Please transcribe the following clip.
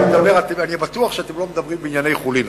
אני בטוח שאתם לא מדברים בענייני חולין,